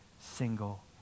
single